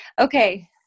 Okay